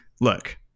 Look